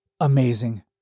Amazing